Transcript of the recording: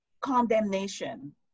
condemnation